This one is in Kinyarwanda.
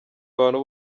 abantu